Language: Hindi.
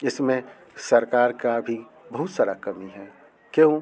इसमें सरकार का भी बहुत सारा कमी है क्यों